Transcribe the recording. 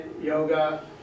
yoga